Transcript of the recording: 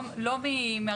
שישה